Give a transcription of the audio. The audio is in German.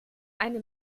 eine